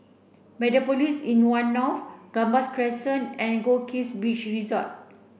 Mediapolis in One North Gambas Crescent and Goldkist Beach Resort